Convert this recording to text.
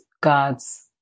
God's